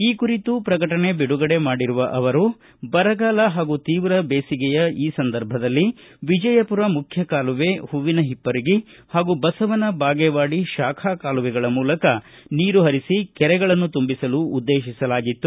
ಈ ಕುರಿತು ಪ್ರಕಟಣೆ ಬಿಡುಗಡೆ ಮಾಡಿರುವ ಅವರು ಬರಗಾಲ ಹಾಗೂ ತೀವ್ರ ದೇಸಿಗೆಯ ಈ ಸಂದರ್ಭದಲ್ಲಿ ವಿಜಯಪುರ ಮುಖ್ಯ ಕಾಲುವೆ ಹೂವಿನ ಹಿಪ್ಪರಗಿ ಹಾಗೂ ಬಸವನ ಬಾಗೇವಾಡಿ ಶಾಖಾ ಕಾಲುವೆಗಳ ಮೂಲಕ ನೀರು ಹರಿಸಿ ಕೆರೆಗಳನ್ನು ತುಂಬಿಸಲು ಉದ್ದೇತಿಸಲಾಗಿತ್ತು